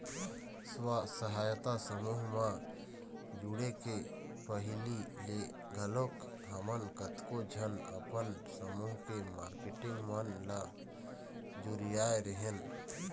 स्व सहायता समूह म जुड़े के पहिली ले घलोक हमन कतको झन अपन समूह के मारकेटिंग मन ह जुरियाय रेहेंन